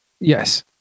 Yes